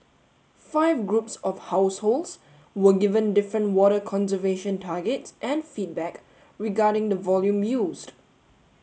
five groups of households were given different water conservation targets and feedback regarding the volume used